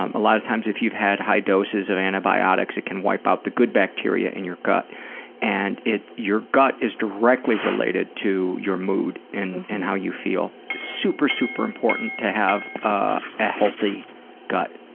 um a lot of times, if you've had high doses of antibiotics, it can wipe out the good bacteria in your gut and it your gut is directly related to your mood and how you feel. super, super important to have ah a healthy gut,